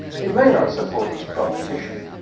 it may not support his proposition,